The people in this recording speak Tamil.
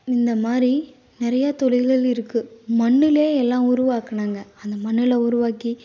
இந்த மாதிரி நிறைய தொழில்கள் இருக்குது மண்ணில் எல்லா உருவாக்கினாங்க அந்த மண்ணில் உருவாக்கி